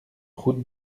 route